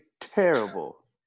terrible